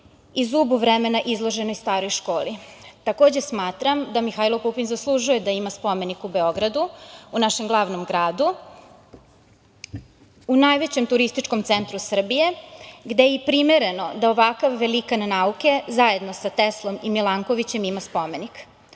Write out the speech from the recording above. i zubu vremena izloženoj staroj školi. Takođe smatram da Mihajlo Pupin zaslužuje da ima spomenik u Beogradu, u našem glavnom gradu, u najvećem turističkom centru Srbije, gde je i primereno da ovakav velikan nauke, zajedno sa Teslom, i Milankovićem ima spomenik.U